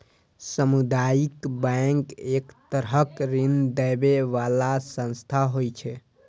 सामुदायिक बैंक एक तरहक ऋण दै बला संस्था होइ छै